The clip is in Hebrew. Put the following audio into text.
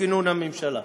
מכינון הממשלה,